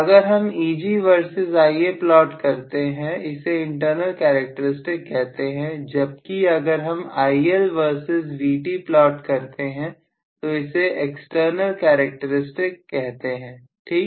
अगर हम Eg versus Ia plot करते हैं इस इंटरनल कैरेक्टरिस्टिक कहते हैं जबकि अगर हम IL वर्सेस Vt प्लॉट करते हैं तो इसे एक्सटर्नल कैरेक्टरिस्टिक कहते हैं ठीक